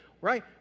right